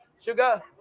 Sugar